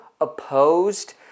opposed